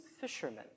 fishermen